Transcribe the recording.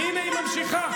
הינה, היא ממשיכה.